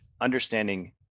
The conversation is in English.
understanding